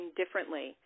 differently